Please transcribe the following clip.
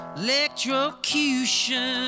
electrocution